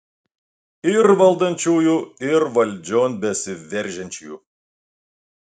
ir valdančiųjų ir valdžion besiveržiančiųjų